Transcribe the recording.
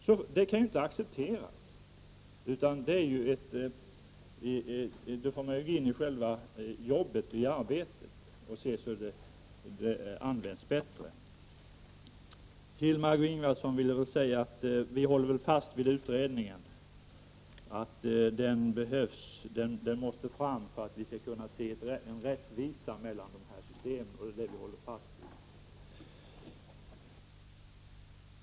Detta kan ju inte accepteras. Därför måste man gå igenom arbetsorganisationen och se till att resurserna används bättre. Till Margö Ingvardsson vill jag säga att vi håller fast vid att utredningen behövs. Den måste tas fram för att man skall kunna åstadkomma rättvisa mellan systemen. Detta håller vi fast vid.